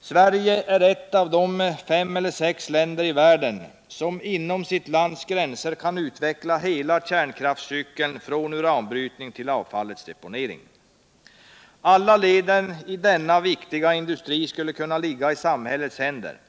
Sverige är ett av de fem eller sex länder i världen som inom sitt lands gränser kan utveckla hela kärnkraftscykeln, från uranbrytningen till avfallets deponering. Alla led i denna viktiga industri skulle kunna ligga i samhiillets händer,